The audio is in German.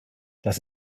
das